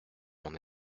mon